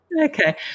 Okay